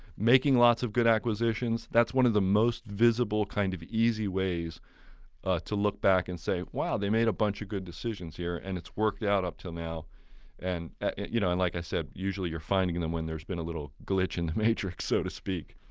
making lots of good acquisitions, that's one of the most visible kind of easy ways to look back and say, wow, they made a bunch of good decisions here and it's worked out ah until now and you know and like i said, usually you're finding them when there's been a little glitch in the and matrix so to speak.